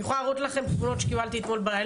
אני יכולה להראות לכם תמונות שקיבלתי אתמול בלילה.